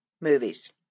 movies